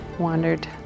wandered